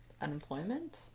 unemployment